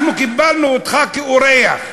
אנחנו קיבלנו אותך כאורח,